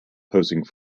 posing